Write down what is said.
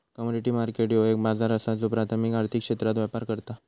commodity market ह्यो एक बाजार असा ज्यो प्राथमिक आर्थिक क्षेत्रात व्यापार करता